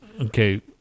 Okay